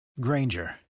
Granger